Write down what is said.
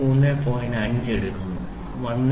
500 എടുക്കുന്നു 1